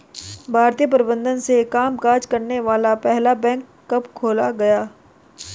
भारतीय प्रबंधन से कामकाज करने वाला पहला बैंक कब खोला गया?